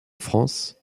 france